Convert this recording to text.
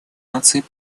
наций